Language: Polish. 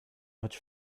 choć